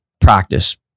Practice